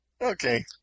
Okay